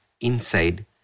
Inside